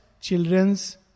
children's